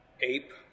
ape